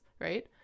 right